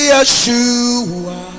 Yeshua